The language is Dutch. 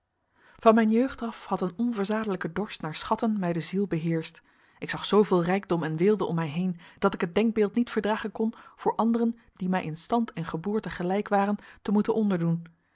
van mijn jeugd af had een onverzadelijke dorst naar schatten mij de ziel beheerscht ik zag zooveel rijkdom en weelde om mij heen dat ik het denkbeeld niet verdragen kon voor anderen die mij in stand en geboorte gelijk waren te moeten onderdoen